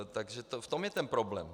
Takže v tom je ten problém.